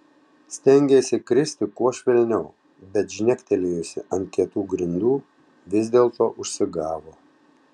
stengėsi kristi kuo švelniau bet žnektelėjusi ant kietų grindų vis dėlto užsigavo